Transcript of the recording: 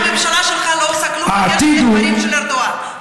אולי תספר למה הממשלה שלך לא עושה כלום בקשר לדברים של ארדואן?